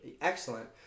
excellent